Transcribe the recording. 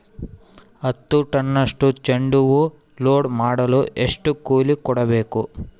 ಹತ್ತು ಟನ್ನಷ್ಟು ಚೆಂಡುಹೂ ಲೋಡ್ ಮಾಡಲು ಎಷ್ಟು ಕೂಲಿ ಕೊಡಬೇಕು?